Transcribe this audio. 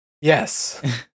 Yes